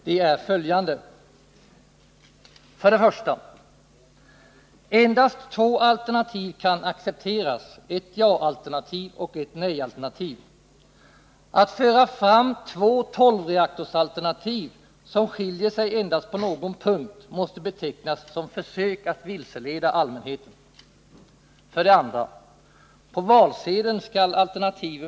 De är följande: 1. Endast två alternativ kan accepteras — ett ja-alternativ och ett nej-alternativ. Att föra fram två tolvreaktorsalternativ som skiljer sig endast på någon punkt måste betecknas som försök att vilseleda allmänheten. 3.